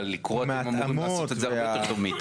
לאחר אותו מנגנון של